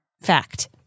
Fact